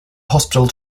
hospital